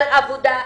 על עבודה,